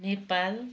Nepal